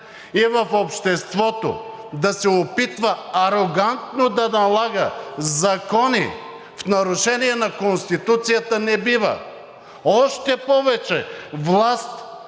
и в обществото, и да се опитва арогантно да налага закони в нарушение на Конституцията – не бива. Още повече власт,